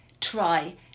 try